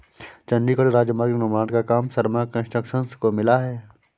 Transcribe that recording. चंडीगढ़ राजमार्ग निर्माण का काम शर्मा कंस्ट्रक्शंस को मिला है